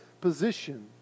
position